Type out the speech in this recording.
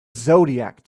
zodiac